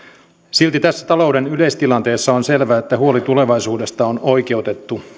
silti tässä talouden yleistilanteessa on selvää että huoli tulevaisuudesta on oikeutettu